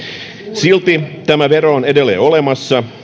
silti tämä vero on edelleen olemassa